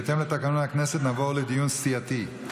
בהתאם לתקנון הכנסת נעבור לדיון סיעתי.